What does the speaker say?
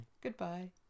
goodbye